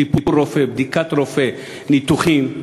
טיפול רופא, בדיקת רופא, ניתוחים,